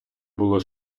було